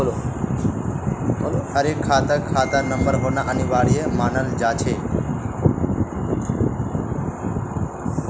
हर एक खातात खाता नंबर होना अनिवार्य मानाल जा छे